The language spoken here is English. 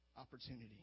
opportunity